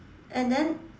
and then